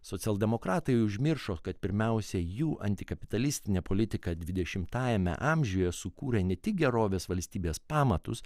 socialdemokratai užmiršo kad pirmiausia jų antikapitalistinė politika dvidešimtajame amžiuje sukūrė ne tik gerovės valstybės pamatus